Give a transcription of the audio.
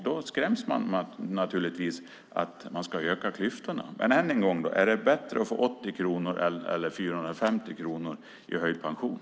Då skräms människor av att man ska öka klyftorna. Än en gång: Är det bättre att få 80 kronor eller 450 kronor i höjd pension?